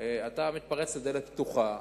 אתה מתפרץ לדלת פתוחה.